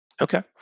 okay